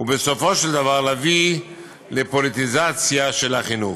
ובסופו של דבר להביא לפוליטיזציה של החינוך.